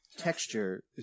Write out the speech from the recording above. Texture